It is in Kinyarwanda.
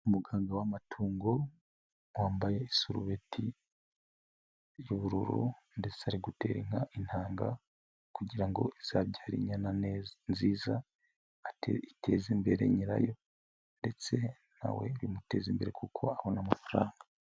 Umuganga w'amatungo wambaye isurubeti y'ubururu ndetse ari gutera inka intanga kugira ngo izabyare inyana nziza iteze imbere nyirayo ndetse na we imuteza imbere kuko abona amafaranga.